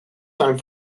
time